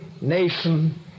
nation